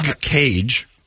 Cage